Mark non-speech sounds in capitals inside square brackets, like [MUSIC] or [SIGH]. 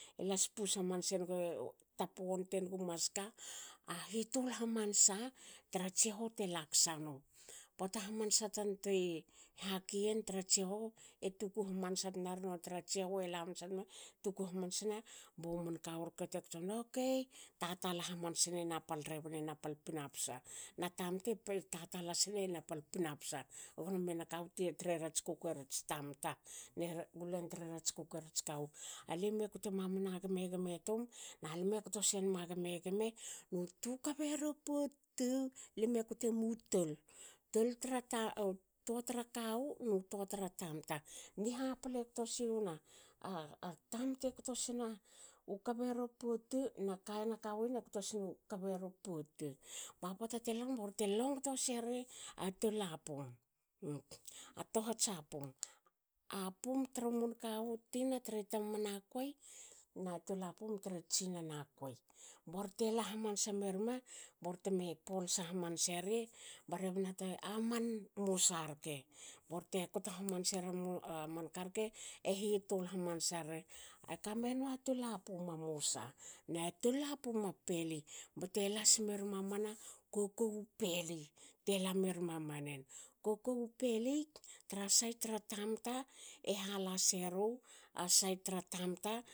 Elas pus hamanse nege tap wonte nugu maska. a hitul hamansa tra tsihou te laksa nu. Pota hamansa ti haki yen tra tsihou e tuku hmansa tna rma tra tsihou e la hmansanma tuku hmansana bu mun kawu rke te ktonma okei. tatala hmansene na pal rebne na pal pinapsa na tamtae tatala sne na pal pinapsa gnomie na kawu tre rats kukei rats tamta [UNINTELLIGIBLE] bu len tre rats kukuei rats kawu,"a lime kte mamana gme gme tum nalme kto senma gme nu twu kaberou pot tu,"lime ktemu tol, [UNINTELLIGIBLE] toa tra kawu nu toa tra tamta. ni haple kto siwna. A tamte kto sna kaberou pot tu ne na kawu yen e kto sna kaberou pot tu. Ba pota te lanma borte longto seri atol a pum [HESITATION] a tohats a pum. A pum tru mun kawu tina tru tamana kuei na tol a pum tre tsinana kuei. borte la hamansa merma borte me polsa hamanseri. ba rebna te aman musa rke borte kto hamansera manka rke. e hitul hamansa ri. Ekame nua tola pum a musa na tol a pum a peli bte lasmer mamana kokou u peli. tela mermamanen. Kokou u peli tra sait tra tamta e hala seru tra sait tra tamta